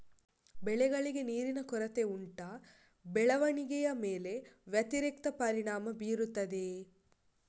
ಬೆಳೆಗಳಿಗೆ ನೀರಿನ ಕೊರತೆ ಉಂಟಾ ಬೆಳವಣಿಗೆಯ ಮೇಲೆ ವ್ಯತಿರಿಕ್ತ ಪರಿಣಾಮಬೀರುತ್ತದೆಯೇ?